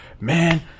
man